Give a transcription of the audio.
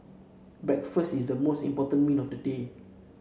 breakfast is the most important meal of the day